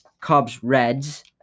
Cubs-Reds